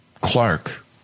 Clark